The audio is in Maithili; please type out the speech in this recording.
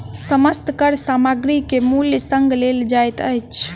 समस्त कर सामग्री के मूल्य संग लेल जाइत अछि